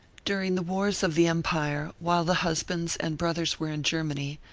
during the wars of the empire, while the husbands and brothers were in germany,